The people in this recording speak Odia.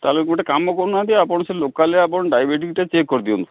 ତାହେଲେ ଗୋଟେ କାମ କରୁନାହାନ୍ତି ଆପଣ ସେ ଲୋକାଲ୍ରେ ଆପଣ ଡ଼ାଇବେଟିସ୍ଟା ଚେକ୍ କରିଦିଅନ୍ତୁ